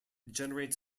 generates